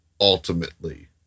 ultimately